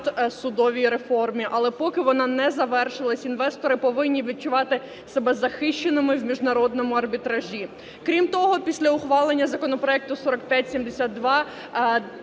судовій реформі, але поки вона не звершилась, інвестори повинні відчувати себе захищеними в міжнародному арбітражі. Крім того, після ухвалення законопроекту 4572